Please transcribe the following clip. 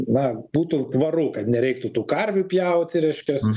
na būtų tvaru kad nereiktų tų karvių pjauti reiškias